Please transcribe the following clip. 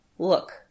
Look